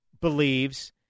believes